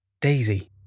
Daisy